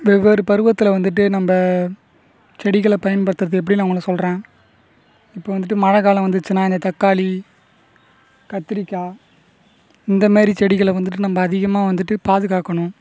வெவ்வேறு பருவத்தில் வந்துட்டு நம்ம செடிகளை பயன்படுத்துகிறது எப்படினு நான் உங்கள்ட சொல்கிறேன் இப்போ வந்துட்டு மழை காலம் வந்துருச்சினா தக்காளி கத்திரிக்காய் இந்தமாதிரி செடிகளை வந்துட்டு நம்ம அதிகமாக வந்துட்டு பாதுகாக்கணும்